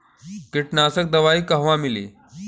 कीटनाशक दवाई कहवा मिली?